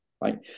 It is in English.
right